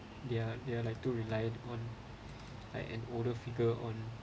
they are they are like too reliant on like an older figure on